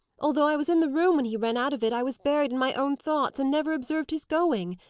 although i was in the room when he ran out of it, i was buried in my own thoughts, and never observed his going.